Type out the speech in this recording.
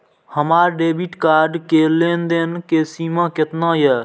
हमार debit card के लेन देन के सीमा केतना ये?